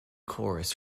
chorus